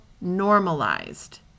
normalized